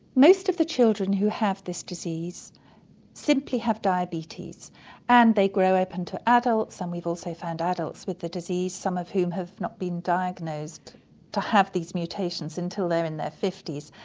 most of the children who have this disease simply have diabetes and they grow up into adults and we've also found adults with the disease, some of whom have not been diagnosed to have these mutations until they're in their fifty s,